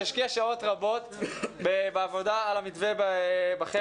שהשקיע שעות רבות בעבודה על המתווה בחמ"ד.